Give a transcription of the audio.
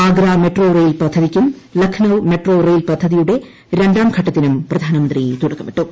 Agra metro rail പദ്ധതിയ്ക്കും Lucknow metro rail പദ്ധതിയുടെ ര ാം ഘട്ടത്തിനും പ്രധാനമന്ത്രി തുടക്കമിട്ടു